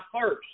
first